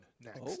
next